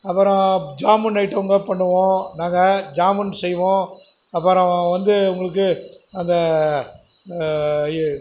அப்புறம் ஜாமுன் ஐட்டம் கூட பண்ணுவோம் நாங்கள் ஜாமுன் செய்வோம் அப்புறம் வந்து உங்களுக்கு அந்த